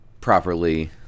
properly